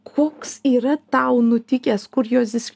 koks yra tau nutikęs kurioziš